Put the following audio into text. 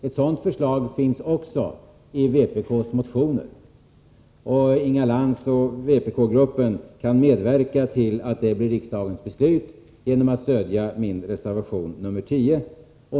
Ett motsvarande förslag finns också i vpk:s motioner. Inga Lantz och vpk-gruppen kan medverka till att detta blir riksdagens beslut, genom att stödja min reservation nr 10.